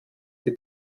die